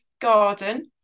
garden